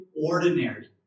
ordinary